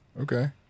Okay